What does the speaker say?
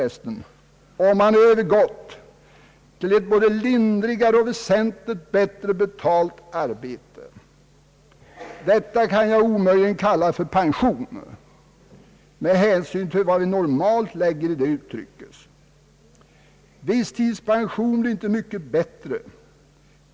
— och om man har övergått till ett både lindrigare och väsentligt bättre betalt arbete. Detta kan jag omöjligen kalla för pension med hänsyn till vad vi normalt lägger i det uttrycket. Benämningen visstidspension är inte mycket bättre.